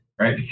right